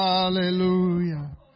Hallelujah